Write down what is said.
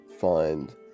find